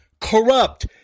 corrupt